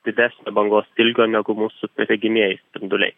didesnio bangos ilgio negu mūsų regimieji spinduliai